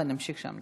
ונמשיך שם.